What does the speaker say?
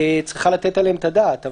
צריכות לתת עליהם את הדעת.